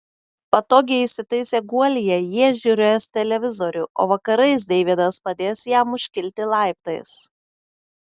patogiai įsitaisę guolyje jie žiūrės televizorių o vakarais deividas padės jam užkilti laiptais